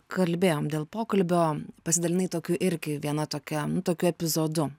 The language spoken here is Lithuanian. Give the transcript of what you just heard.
kalbėjom dėl pokalbio pasidalinai tokiu irgi viena tokia tokiu epizodu